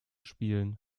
spielen